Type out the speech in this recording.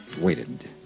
waited